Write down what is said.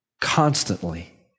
constantly